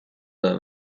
dai